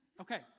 Okay